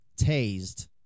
tased